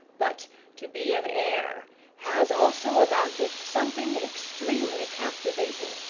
but to be an heir has also about it something extremely captivating.